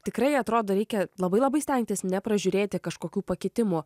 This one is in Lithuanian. tikrai atrodo reikia labai labai stengtis nepražiūrėti kažkokių pakitimų